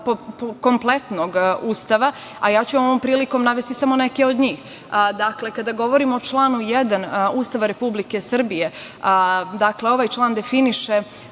kompletnog Ustava. Ja ću vam ovom prilikom navesti samo neke od njih. Kada govorimo o članu 1. Ustava Republike Srbije, dakle, ovaj član definiše